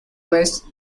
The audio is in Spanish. vez